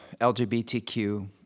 LGBTQ